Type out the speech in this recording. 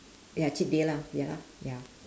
ya cheat day lah ya lah ya